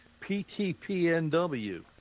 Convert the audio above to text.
PTPNW